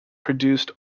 produce